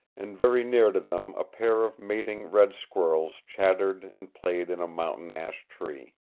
and very near to them a pair of mating red-squirrels chattered and played in a mountain-ash tree.